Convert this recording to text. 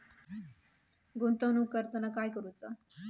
गुंतवणूक करताना काय करुचा?